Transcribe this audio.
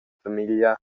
famiglia